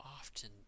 often